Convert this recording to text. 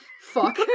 Fuck